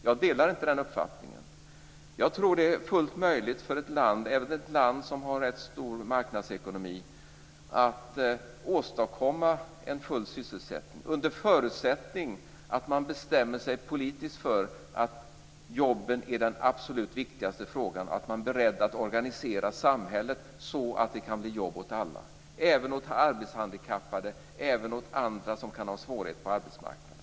Jag delar inte den uppfattningen. Jag tror att det är fullt möjligt för ett land, även ett land som har rätt stor marknadsekonomi, att åstadkomma full sysselsättning, under förutsättning att man bestämmer sig politiskt för att jobben är den absolut viktigaste frågan och att man är beredd att organisera samhället så att det kan bli jobb åt alla, även åt arbetshandikappade och andra som kan ha svårigheter på arbetsmarknaden.